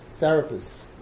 therapists